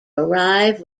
arrive